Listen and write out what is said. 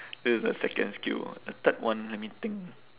this is the second skill ah the third one let me think